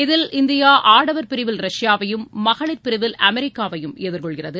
இதில் இந்தியா ஆடவர் பிரிவில் ரஷ்யாவையும் மகளிர் பிரிவில் அமெரிக்காவையும் எதிர்கொள்கிறது